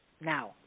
now